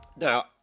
Now